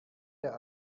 der